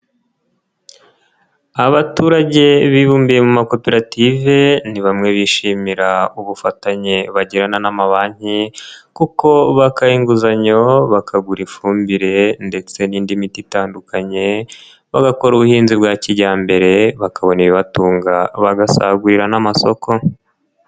Abaturage bibumbiye mu makoperative, ni bamwe bishimira ubufatanye bagirana n'amabanki kuko bakayo inguzanyo, bakagura ifumbire ndetse n'indi miti itandukanye, bagakora ubuhinzi bwa kijyambere, bakabona ibibatunga, bagasagurira n'amasoko.